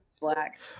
black